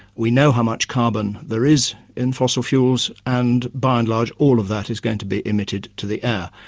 we know how much carbon there is in fossil fuels, and by and large all of that is going to be emitted to the air.